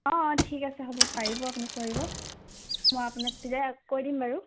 অ অ ঠিক আছে হ'ব পাৰিব আপুনি কৰিব মই আপোনাক তেতিয়া কৈ দিম বাৰু